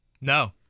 No